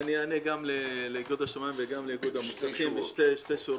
אענה בשתי שורות.